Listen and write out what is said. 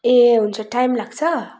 ए हुन्छ टाइम लाग्छ